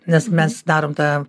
nes mes darom tą